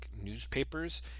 newspapers